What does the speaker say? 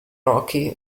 rocky